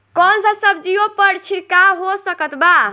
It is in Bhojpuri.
कौन सा सब्जियों पर छिड़काव हो सकत बा?